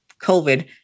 COVID